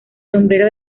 sombrero